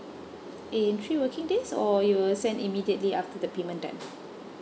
in three working days or you will send immediately after the payment done